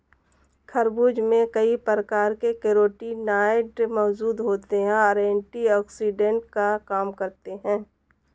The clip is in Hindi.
खरबूज में कई प्रकार के कैरोटीनॉयड मौजूद होते और एंटीऑक्सिडेंट का काम करते हैं